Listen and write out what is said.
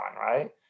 right